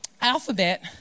alphabet